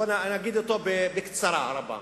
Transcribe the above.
בוא נאמר בקצרה רבה,